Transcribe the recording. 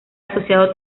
asociado